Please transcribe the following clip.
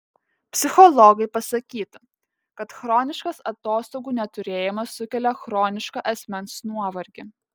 psichologai pasakytų kad chroniškas atostogų neturėjimas sukelia chronišką asmens nuovargį